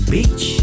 Beach